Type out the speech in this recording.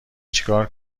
چیکار